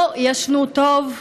לא ישנו טוב,